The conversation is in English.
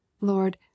lord